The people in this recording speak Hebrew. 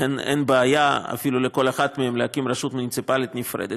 לכן אין בעיה אפילו לכל אחת מהן להקים רשות מוניציפלית נפרדת.